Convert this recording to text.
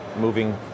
moving